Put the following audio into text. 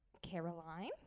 Caroline